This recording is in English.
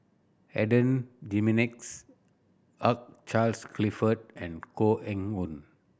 Adan Jimenez Hugh Charles Clifford and Koh Eng Hoon